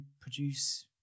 produce